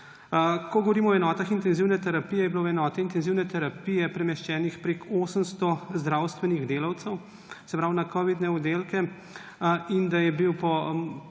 Ko govorimo o enotah intenzivne terapije, je bilo v enote intenzivne terapije premeščenih preko 800 zdravstvenih delavcev, se pravi na covidne oddelke. Na nacionalnem